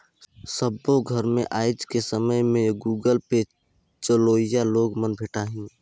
सबो घर मे आएज के समय में ये गुगल पे चलोइया लोग मन भेंटाहि